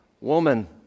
Woman